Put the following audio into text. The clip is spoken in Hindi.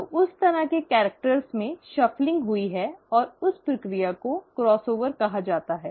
तो उस तरह के कैरिक्टर में फेरबदल हुआ है और उस प्रक्रिया को क्रॉस ओवर कहा जाता है